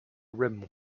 rim